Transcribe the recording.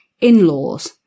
in-laws